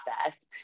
process